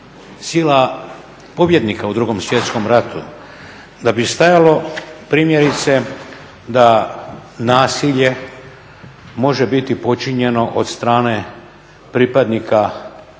sila pobjednika u Drugom svjetskom ratu da bi stajalo primjerice da nasilje može biti počinjeno od strane pripadnika vojnih